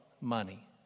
money